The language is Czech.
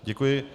Děkuji.